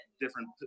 different